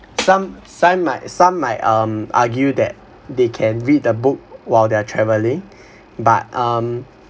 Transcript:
some some might some might um argue that they can read the book while they're traveling but um